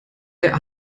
der